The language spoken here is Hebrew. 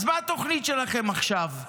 אז מה התוכנית שלכם עכשיו?